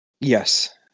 Yes